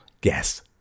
Guess